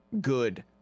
good